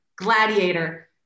gladiator